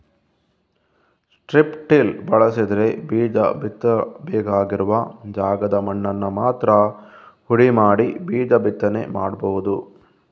strip till ಬಳಸಿದ್ರೆ ಬೀಜ ಬಿತ್ತಬೇಕಾಗಿರುವ ಜಾಗದ ಮಣ್ಣನ್ನ ಮಾತ್ರ ಹುಡಿ ಮಾಡಿ ಬೀಜ ಬಿತ್ತನೆ ಮಾಡ್ಬಹುದು